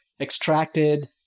extracted